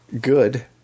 good